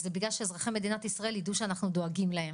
זה בגלל שאזרחי מדינת ישראל ידעו שאנחנו דואגים להם.